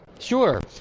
Sure